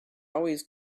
always